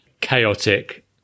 chaotic